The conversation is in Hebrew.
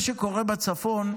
מה שקורה בצפון,